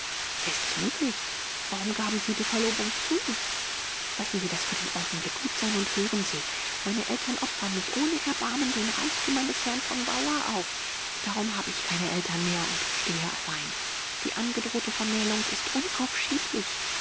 ist's möglich warum gaben sie die verlobung zu lassen sie das für den augenblick gut sein und hören sie meine eltern opfern mich ohne erbarmen den reichtümern des herrn von bavois auf darum habe ich keine eltern mehr und stehe allein die angedrohte vermählung ist